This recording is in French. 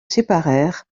séparèrent